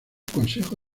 consejo